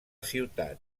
ciutat